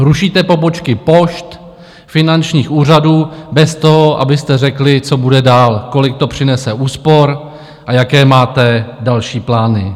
Rušíte pobočky pošt, finančních úřadů bez toho, abyste řekli, co bude dál, kolik to přinese úspor a jaké máte další plány.